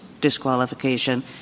disqualification